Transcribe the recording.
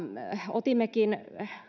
otimmekin